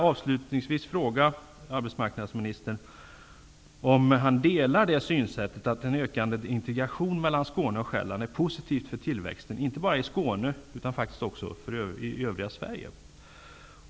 Avslutningsvis vill jag fråga arbetsmarknadsministern om han delar synsättet att en ökad integration mellan Skåne och Sjaelland är positivt för tillväxten, inte bara för Skåne utan också för övriga Sverige.